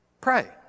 pray